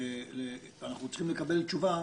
אנחנו צריכים לקבל תשובה,